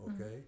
okay